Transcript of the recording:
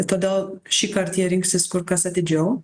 todėl šįkart jie rinksis kur kas atidžiau